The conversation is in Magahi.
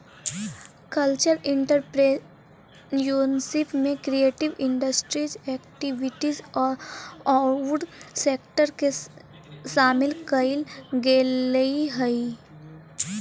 कल्चरल एंटरप्रेन्योरशिप में क्रिएटिव इंडस्ट्री एक्टिविटीज औउर सेक्टर के शामिल कईल गेलई हई